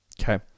Okay